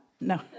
No